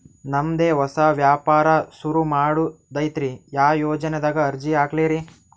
ನಮ್ ದೆ ಹೊಸಾ ವ್ಯಾಪಾರ ಸುರು ಮಾಡದೈತ್ರಿ, ಯಾ ಯೊಜನಾದಾಗ ಅರ್ಜಿ ಹಾಕ್ಲಿ ರಿ?